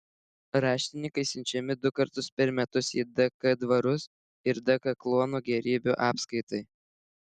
raštininkai siunčiami du kartus per metus į dk dvarus ir dk kluonų gėrybių apskaitai